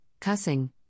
cussing